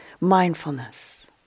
mindfulness